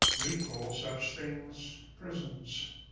we call such things prisons,